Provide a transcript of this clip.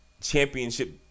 championship